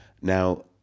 Now